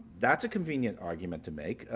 that's a convenient argument to make.